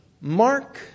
Mark